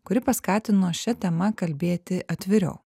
kuri paskatino šia tema kalbėti atviriau